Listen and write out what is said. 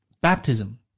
baptism